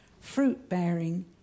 fruit-bearing